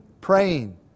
praying